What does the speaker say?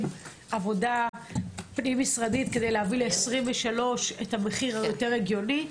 עבודה פנים משרדית כדי להביא ל-2023 את המחיר ההגיוני יותר?